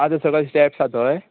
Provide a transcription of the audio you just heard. आतां सगळें स्टॅप्स आसा थंय